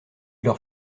leur